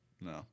No